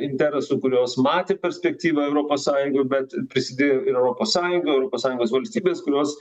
interesų kurios matė perspektyvą europos sąjungoj bet prisidėjo ir europos sąjunga europos sąjungos valstybės kurios